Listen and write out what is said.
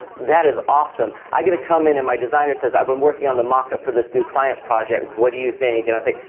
that is awesome! i get to come in and my designer says, i've been working on the mock-up for this new client project, what do you think? and i think,